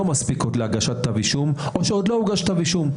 מספיקות להגשת כתב אישום או שעוד לא הוגש כתב אישום.